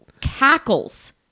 cackles